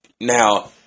Now